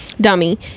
dummy